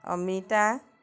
অমিতা